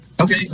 okay